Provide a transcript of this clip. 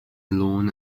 lawn